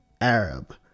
Arab